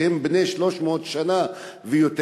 שהם בני 300 שנה ויותר,